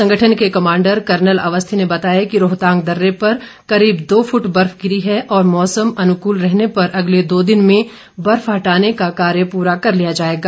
संगठन के commander colonel Awasthi ने बताया कि रोहतांग दर्रे पर करीब दो फूट बर्फ गिरी है और मौसम अनुकूल रहने पर अगले दो दिन में बर्फ हटाने का कार्य पूरा कर लिया जाएगा